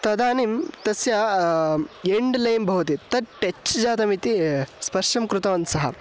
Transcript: तदानीं तस्य एण्ड् लेम् भवति तत् टच् जातमिति स्पर्शं कृतवन् सः